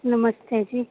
नमस्ते जी